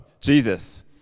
jesus